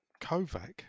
Kovac